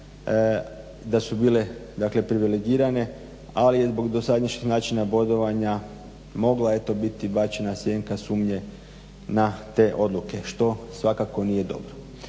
da su bile privilegirane ali je zbog dosadašnjeg načina bodovanja mogla biti bačena sjenka sumnje na te odluke što svakako nije dobro.